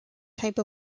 type